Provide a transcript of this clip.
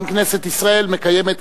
גם כנסת ישראל מקיימת,